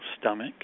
stomach